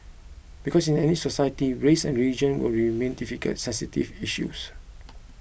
because in any society race and religion will remain difficult sensitive issues